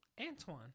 Antoine